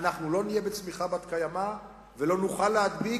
אנחנו לא נהיה בצמיחה בת-קיימא ולא נוכל להדביק,